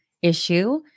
Issue